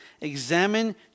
Examine